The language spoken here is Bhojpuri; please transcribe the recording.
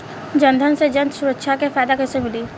जनधन से जन सुरक्षा के फायदा कैसे मिली?